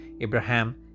Abraham